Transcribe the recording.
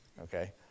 okay